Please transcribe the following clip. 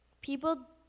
People